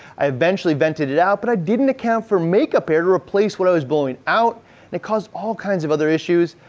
i eventually vented it out but i didn't account for make up air to replace what i was blowing out and it caused all kinds of other issues.